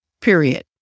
Period